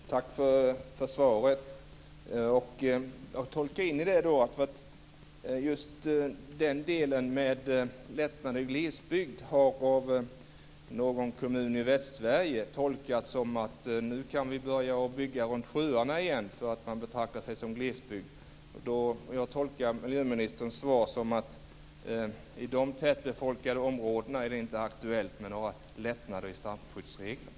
Fru talman! Tack för svaret! Jag tolkar in i det just detta att lättnader i glesbygd har av någon kommun i Västsverige tolkats så att de nu kan börja bygga runt sjöarna igen därför att de betraktar sig som glesbygd. Jag tolkar miljöministerns svar så att i de tätbefolkade områdena är det inte aktuellt med några lättnader i strandskyddsreglerna.